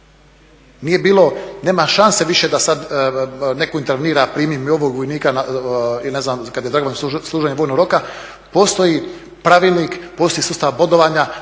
Nije bilo, nema šanse više da sad neko intervenira primi mi ovog vojnika ili ne znam kad je služenje vojnog roka. Postoji pravilnik, postoji sustav bodovanja,